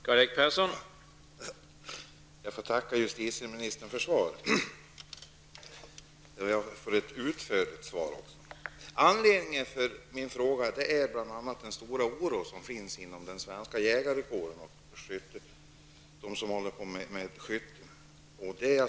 Herr talman! Jag får tacka justitieministern för ett utförligt svar. Anledningen till min fråga är bl.a. den stora oron inom den svenska jägarkåren och bland skyttarna.